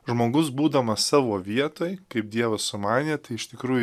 žmogus būdamas savo vietoj kaip dievas sumanė tai iš tikrųjų